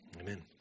Amen